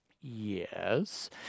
yes